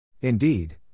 Indeed